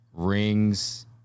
rings